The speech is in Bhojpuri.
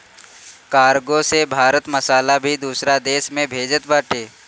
कार्गो से भारत मसाला भी दूसरा देस में भेजत बाटे